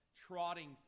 trotting